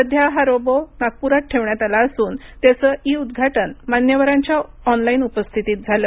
सध्या हा रोबोट नागपुरात ठेवण्यात आला असून त्याचं ई उद्घाटन मान्यवरांच्या ऑनलाईन उपस्थितीत झालं